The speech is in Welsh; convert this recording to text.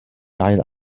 ail